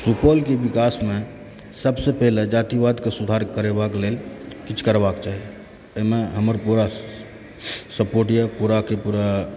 सुपौलके विकासमे सभसँ पहिले जातिवादके सुधार करैबाक लेल किछु करबाक चाही एहिमे हमर पूरा सपोर्ट यऽ पूराके पूरा